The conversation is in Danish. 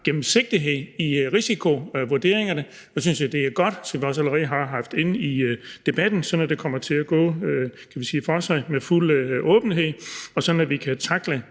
gennemsigtighed i risikovurderingerne. Det synes vi er godt, sådan som det allerede har været oppe i debatten, så det kommer til at gå for sig i fuld åbenhed, så vi kan tackle